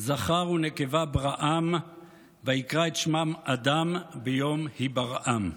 "זכר ונקבה בראם ויברך אֹתם ויקרא את שמם אדם ביום הבראם".